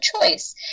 choice